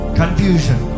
confusion